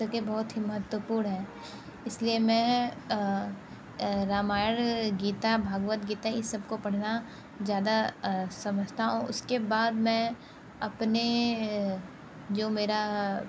बहुत ही महत्वपूर्ण है इसलिए मैं रामायण गीता भागवत गीता इस सब को पढ़ना ज़्यादा समझता हूँ उसके बाद मैं अपने जो मेरा